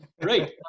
Great